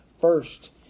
first